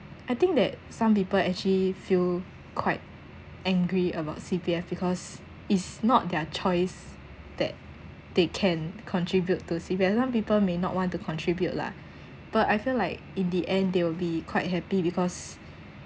I think that some people actually feel quite angry about C_P_F because it's not their choice that they can contribute to C_P_F some people may not want to contribute lah but I feel like in the end they will be quite happy because